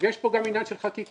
יש פה גם עניין של חקיקה.